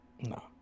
No